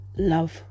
love